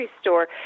store